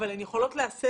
אבל היא יכולה להסב